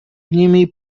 nimi